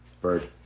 Bird